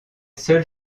seuls